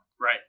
right